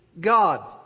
God